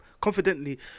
confidently